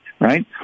right